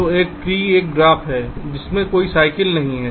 तो एक ट्री एक ग्राफ है जहां कोई साइकिल नहीं हैं